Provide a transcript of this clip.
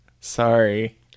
Sorry